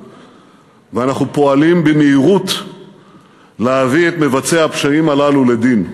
ואנחנו פועלים במהירות להביא את מבצעי הפשעים הללו לדין.